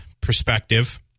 perspective